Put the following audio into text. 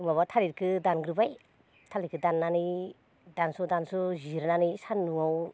माबा थालिरखो दानग्रोबाय थालिरखो दाननानै दानस' दानस' जिरनानै सान्दुंआव